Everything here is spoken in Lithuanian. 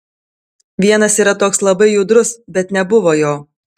vienas yra toks labai judrus bet nebuvo jo